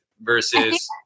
versus